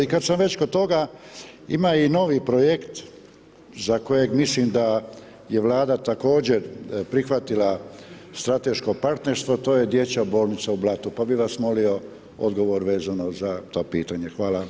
I kada sam već kod toga ima i novi projekt za kojeg mislim da je Vlada također prihvatila strateško partnerstvo, a to je dječja bolnica u blatu pa bih vas molio odgovor vezano za to pitanje.